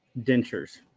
dentures